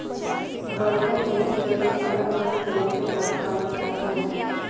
बड़्का खेत बदे अलग अलग तरीके का खाद चाहला